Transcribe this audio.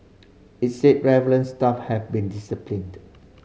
it said relevant staff have been disciplined